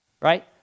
right